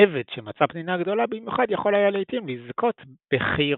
עבד שמצא פנינה גדולה במיוחד יכול היה לעיתים לזכות בחירות.